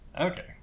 Okay